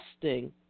testing